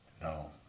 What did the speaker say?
No